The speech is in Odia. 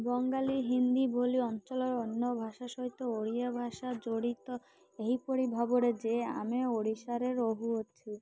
ବଙ୍ଗାଳୀ ହିନ୍ଦୀ ବୋଲି ଅଞ୍ଚଳର ଅନ୍ୟ ଭାଷା ସହିତ ଓଡ଼ିଆ ଭାଷା ଜଡ଼ିତ ଏହିପରି ଭାବରେ ଯେ ଆମେ ଓଡ଼ିଶାରେ ରହୁଅଛୁ